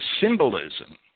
symbolism